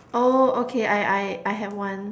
oh okay I I I have one